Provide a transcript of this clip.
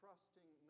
Trusting